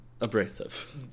Abrasive